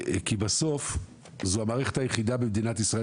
אלא כי בסוף זו המערכת היחידה במדינת ישראל